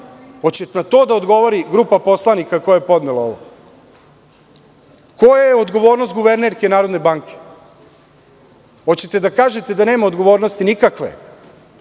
Hoće na to da odgovori grupa poslanika koja je podnela ovo? Koja je odgovornost guvernerke Narodne banke? Hoćete da kažete da nema odgovornosti nikakve?